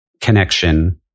connection